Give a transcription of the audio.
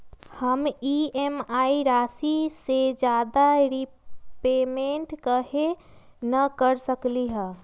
हम ई.एम.आई राशि से ज्यादा रीपेमेंट कहे न कर सकलि ह?